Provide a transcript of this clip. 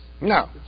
No